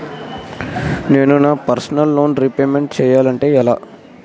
నేను నా personal loan repayment చేయాలంటే ఎలా?